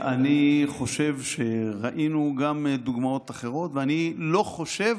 אני חושב שראינו גם דוגמאות אחרות ואני לא חושב,